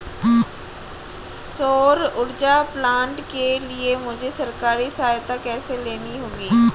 सौर ऊर्जा प्लांट के लिए मुझे सरकारी सहायता कैसे लेनी होगी?